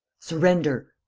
surrender!